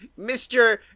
Mr